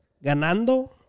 ganando